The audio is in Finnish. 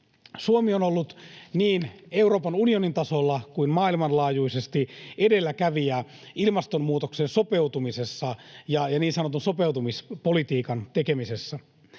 Suomi on ollut niin Euroopan unionin tasolla kuin maailmanlaajuisesti edelläkävijä ilmastonmuutokseen sopeutumisessa ja niin sanotun sopeutumispolitiikan tekemisessä.